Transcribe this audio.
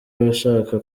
abashaka